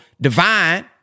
Divine